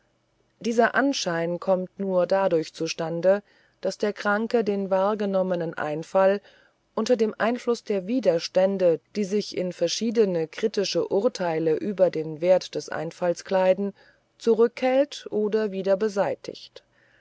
dieser anschein kommt nur dadurch zu stande daß der kranke den wahrgenommenen einfall unter dem einfluß der widerstände die sich in verschiedene kritische urteile über den wert des einfalls kleiden zurückhält oder wieder beseitigt